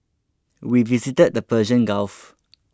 we visited the Persian Gulf